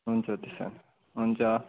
हुन्छ त्यसो हो भने हुन्छ